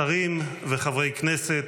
שרים וחברי כנסת,